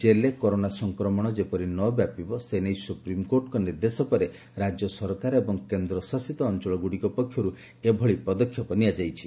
ଜେଲ୍ରେ କରୋନା ସଂକ୍ରମଣ ଯେପରି ନ ବ୍ୟାପିବ ସେନେଇ ସୁପ୍ରିମ୍କୋର୍ଟଙ୍କ ନିର୍ଦ୍ଦେଶ ପରେ ରାଜ୍ୟ ସରକାର ଏବଂ କେନ୍ଦ୍ରଶାସିତ ଅଞ୍ଚଳଗୁଡ଼ିକ ପକ୍ଷରୁ ଏଭଳି ପଦକ୍ଷେପ ନିଆଯାଇଛି